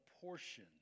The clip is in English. portion